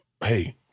hey